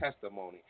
testimony